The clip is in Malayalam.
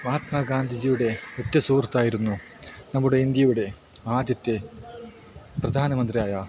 മഹാത്മാ ഗാന്ധിജിയുടെ ഉറ്റ സുഹൃത്തായിരുന്നു നമ്മുടെ ഇന്ത്യയുടെ ആദ്യത്തെ പ്രധാനമന്ത്രിയായ